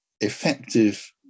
effective